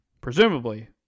presumably